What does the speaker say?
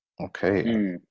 Okay